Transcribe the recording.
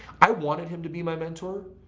i wanted him to be my mentor.